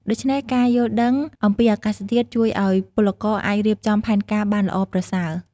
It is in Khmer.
ដូច្នេះ ការយល់ដឹងអំពីអាកាសធាតុជួយឱ្យពលករអាចរៀបចំផែនការបានល្អប្រសើរ។